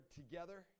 together